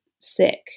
sick